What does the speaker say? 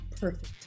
perfect